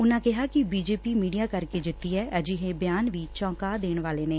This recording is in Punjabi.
ਉਨਾਂ ਕਿਹਾ ਕਿ ਬੀਜੇਪੀ ਮੀਡੀਆ ਕਰਕੇ ਜਿੱਤੀ ਏ ਅਜਿਹੇ ਬਿਆਨ ਵੀ ਚੌਂਕਾ ਦੇਣ ਵਾਲੀਆਂ ਨੇ